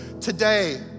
Today